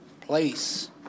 place